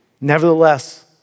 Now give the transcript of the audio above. Nevertheless